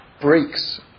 breaks